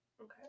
Okay